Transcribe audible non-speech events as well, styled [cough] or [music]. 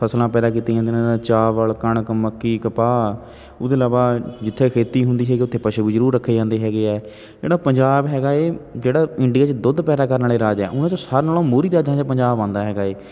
ਫਸਲਾਂ ਪੈਦਾ ਕੀਤੀਆਂ ਜਾਂਦੀਆਂ [unintelligible] ਚਾਵਲ ਕਣਕ ਮੱਕੀ ਕਪਾਹ ਉਹਦੇ ਇਲਾਵਾ ਜਿੱਥੇ ਖੇਤੀ ਹੁੰਦੀ ਸੀਗੀ ਉੱਥੇ ਪਸ਼ੂ ਵੀ ਜ਼ਰੂਰ ਰੱਖੇ ਜਾਂਦੇ ਹੈਗੇ ਹੈ ਜਿਹੜਾ ਪੰਜਾਬ ਹੈਗਾ ਹੈ ਜਿਹੜਾ ਇੰਡੀਆ 'ਚ ਦੁੱਧ ਪੈਦਾ ਕਰਨ ਵਾਲੇ ਰਾਜ ਹੈ ਉਹਨਾਂ 'ਚੋਂ ਸਾਰਿਆਂ ਨਾਲੋਂ ਮੋਹਰੀ ਰਾਜਾਂ 'ਚ ਪੰਜਾਬ ਆਉਂਦਾ ਹੈਗਾ ਹੈ